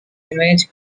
image